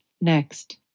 Next